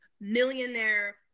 millionaire